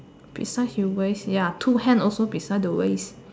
beside the waist ya two hand also beside the waist